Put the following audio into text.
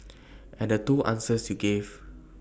and the two answers you gave